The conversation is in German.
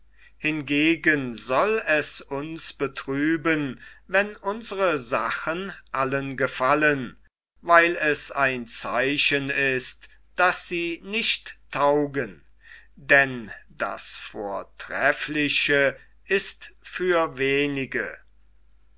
hingegen soll es uns betrüben wenn unsere sachen allen gefallen weil es ein zeichen ist daß sie nicht taugen denn das vortreffliche ist für wenige